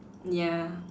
ya